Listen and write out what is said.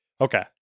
Okay